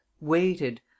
waited